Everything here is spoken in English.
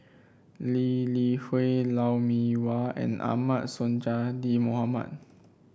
Lee Li Hui Lou Mee Wah and Ahmad Sonhadji Mohamad